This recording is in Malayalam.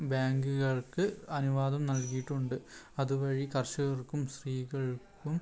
ബാങ്കുകൾക്ക് അനുവാദം നൽകിയിട്ടുണ്ട് അതുവഴി കർഷകർക്കും സ്ത്രീകൾക്കും